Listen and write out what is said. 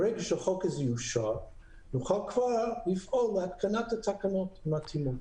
ברגע שהחוק הזה יאושר נוכל כבר לפעול להתקנת התקנות מתאימות.